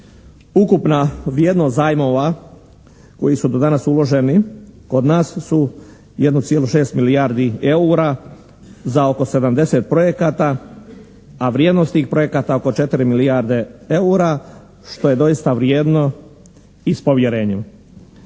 Ukupna vrijednost zajmova koji su do danas uloženi kod nas su 1,6 milijardi eura za oko 70 projekata, a vrijednost tih projekata oko 4 milijarde eura, što je doista vrijedno i s povjerenjem.